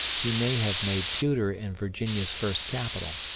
he may have made pewter in virginia's first capital.